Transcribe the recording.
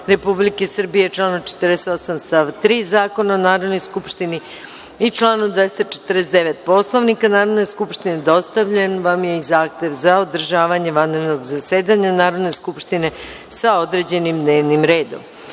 Republike Srbije, članu 48. stav 3. Zakona o Narodnoj skupštini i članu 249. Poslovnika Narodne skupštine, dostavljen vam je i Zahtev za održavanje vanrednog zasedanja Narodne skupštine, sa određenim dnevnim redom. Kao